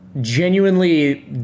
genuinely